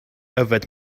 yfed